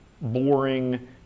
boring